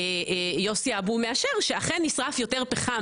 יוסי אבו מאשר שאכן נשרף יותר פחם